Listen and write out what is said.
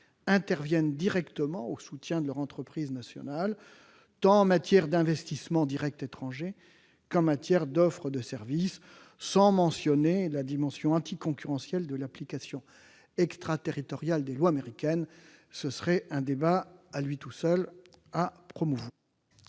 interviennent directement au soutien de leurs entreprises nationales, tant en matière d'investissements directs étrangers qu'en matière d'offres de service ? Et je ne ferai que mentionner la dimension anticoncurrentielle de l'application extraterritoriale des lois américaines ; ce sujet mériterait un débat à lui tout seul. Très bien